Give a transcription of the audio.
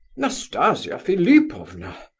nastasia philipovna!